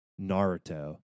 Naruto